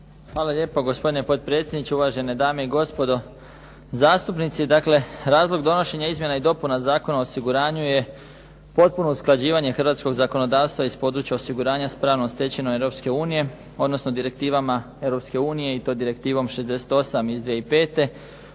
Hvala lijepo gospodine potpredsjedniče, uvažene dame i gospodo zastupnici. Dakle, razlog donošenja izmjena i dopuna Zakona o osiguranju je potpuno usklađivanje hrvatskog zakonodavstva iz područja osiguranja s pravnom stečevinom Europske unije, odnosno direktivama Europske unije i to Direktivom 68. iz 2005.